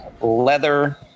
leather